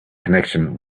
connection